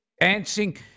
dancing